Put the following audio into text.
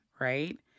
Right